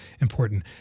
important